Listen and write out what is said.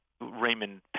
Raymond